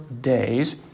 days